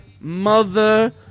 Mother